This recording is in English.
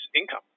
income